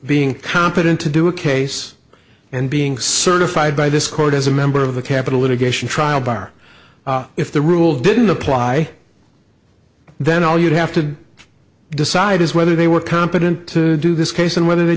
being competent to do a case and being certified by this court as a member of the capital litigation trial bar if the rule didn't apply then all you'd have to decide is whether they were competent to do this case and whether they